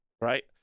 right